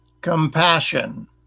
compassion